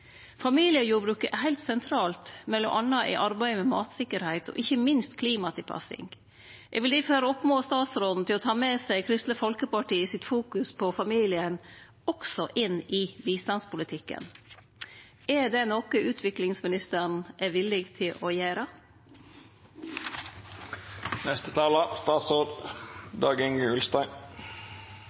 Familiejordbruket er heilt sentralt m.a. i arbeidet med mattryggleik og ikkje minst klimatilpassing. Eg vil difor oppmode statsråden til å ta med seg Kristeleg Folkepartis fokus på familien også inn i bistandspolitikken. Er det noko utviklingsministeren er villig til å